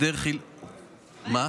מה?